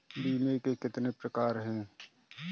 बीमे के कितने प्रकार हैं?